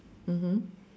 mmhmm